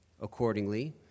Accordingly